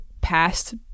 past